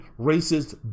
racist